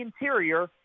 interior –